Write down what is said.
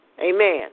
Amen